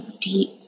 deep